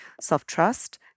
self-trust